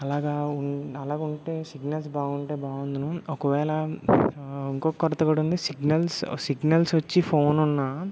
అలాగా ఉన్ అలాగుంటే సిగ్నల్స్ బాగుంటే బాగుండును ఒకవేళ ఇంకొకరితో కూడా ఉంది సిగ్నల్స్ సిగ్నల్స్ వచ్చి ఫోన్ ఉన్నా